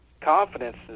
confidence